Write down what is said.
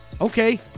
Okay